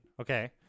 okay